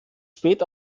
spät